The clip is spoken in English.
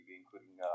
including